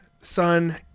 son